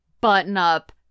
button-up